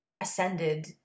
ascended